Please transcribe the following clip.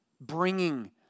Bringing